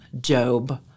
job